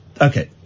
okay